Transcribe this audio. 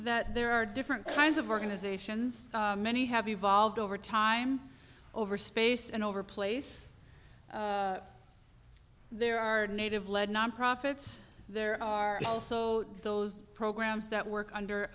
that there are different kinds of organizations many have evolved over time over space and over place there are native led nonprofits there are also those programs that work under